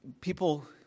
people